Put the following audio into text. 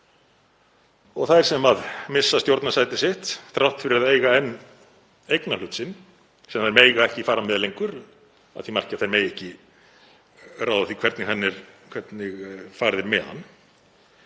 Eiga þær sem missa stjórnarsæti sitt, þrátt fyrir að eiga enn eignarhlut sinn sem þær mega ekki fara með lengur að því marki að þær mega ekki ráða því hvernig farið er með hann,